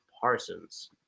Parsons